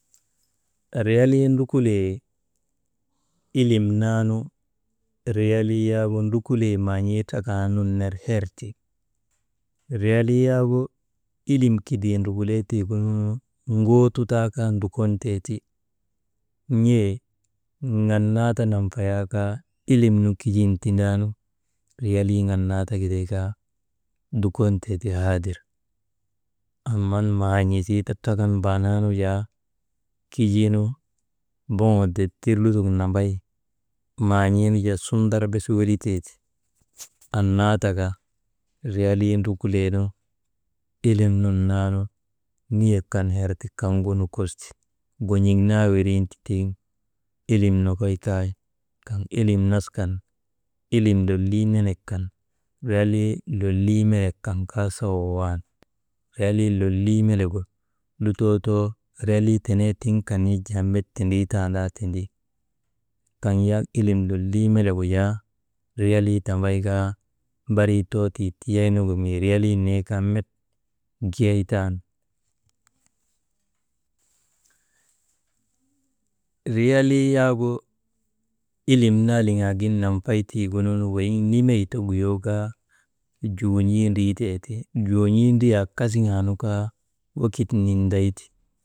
Riyalii ndrukulee ileŋ naanu, riyalii yak ndukulee maan̰ii naanun ner herti, riyalii yaagu ilim kidii ndrukuler tiigunuunu n̰eeti taa kaa ndukon teeti n̰ee ŋannaata nanfayaa kaa ilim nu kigin tindaanu riyaalii ŋanaa ti giday kaa dukontee ti haadir. Amman man̰isii ti trakan baanan jaa kijiinun boŋoo dittir lutok nambay maan̰iinu jaa sundar bes weliteeti. Anna taka riyaliinu ndrukulee nu ilim nun naa nu niyek kan herti kaŋgu nukosti, gon̰eŋ naa wirinti tiŋ, ilim nokoy kay, kaŋ ilim nas kan ilim lolii melek kan, riyalii lolii melek kan kaa sawa waani, riyalii lolii melegu, lutoo riyalii tenee tiŋ kan yak jaa met tindritandaa tindi, kaŋ yak ilim lolii melegu jaa riyalii tambay kaa barii too ti tiyaynugu mii riyalii neekaa met giyay tan. Riyalii yakgu ilim naa liŋaagin nanfaytiigununu, weyiŋ nimey ta guyoo kaa juun̰ii ndriiteeti, juun̰ii ndriya kasiŋaa nu kaa wekit nindayti.